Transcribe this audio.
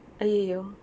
!aiyoyo!